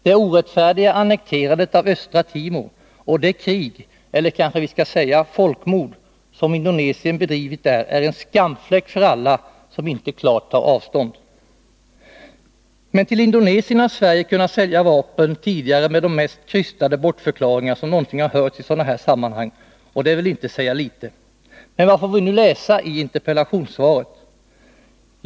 Det orättfärdiga annekterandet av Östra Timor och det krig — vi skall kanske kalla det folkmord — som Indonesien bedrivit där är en skamfläck för alla som inte klart tar avstånd. Till Indonesien har Sverige tidigare kunnat sälja vapen med de mest krystade bortförklaringar som någonsin har hörts i sådana här sammanhang, och det vill inte säga litet. Vad får vi nu läsa i interpellationssvaret?